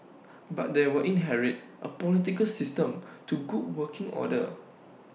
but they will inherit A political system to good working order